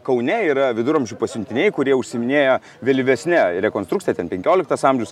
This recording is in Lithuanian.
kaune yra viduramžių pasiuntiniai kurie užsiiminėja vėlyvesne rekonstrukcija ten penkioliktas amžius